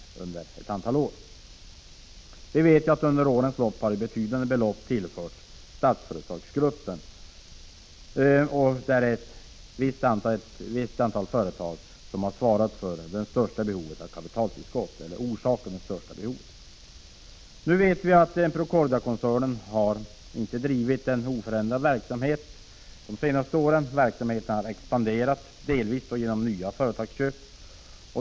Det är känt att Statsföretagsgruppen under årens lopp har tillförts betydande summor och att det är ett visst antal företag som har orsakat detta stora behov av kapitaltillskott. Vi vet nu att Procordiakoncernen under de senaste åren inte har drivit verksamheten i oförändrad omfattning. Verksamheten har expanderat, delvis genom nya företagsköp.